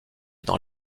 dans